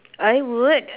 I would